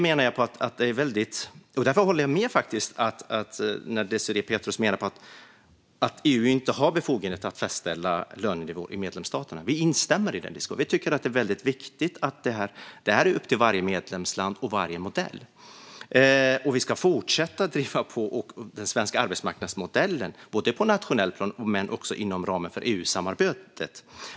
Jag håller med när Désirée Pethrus menar att EU inte har befogenhet att fastställa lönenivåer i medlemsstaterna. Vi instämmer, och vi tycker att det är viktigt att den frågan är upp till varje medlemsland och varje modell. Vi ska fortsätta att driva på den svenska arbetsmarknadsmodellen nationellt och inom ramen för EU-samarbetet.